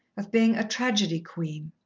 of being a tragedy queen.